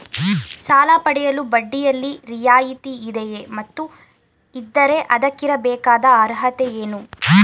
ಸಾಲ ಪಡೆಯಲು ಬಡ್ಡಿಯಲ್ಲಿ ರಿಯಾಯಿತಿ ಇದೆಯೇ ಮತ್ತು ಇದ್ದರೆ ಅದಕ್ಕಿರಬೇಕಾದ ಅರ್ಹತೆ ಏನು?